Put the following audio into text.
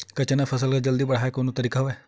का चना के फसल ल जल्दी बढ़ाये के कोनो तरीका हवय?